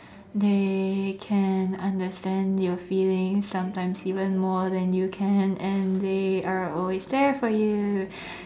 they can understand your feelings sometimes even more than you can and they are always there for you